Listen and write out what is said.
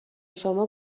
شما